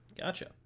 Gotcha